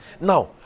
Now